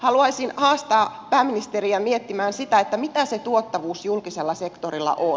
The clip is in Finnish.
haluaisin haastaa pääministeriä miettimään sitä mitä se tuottavuus julkisella sektorilla on